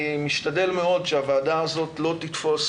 אני משתדל מאוד שהוועדה הזאת לא תתפוס